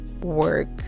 work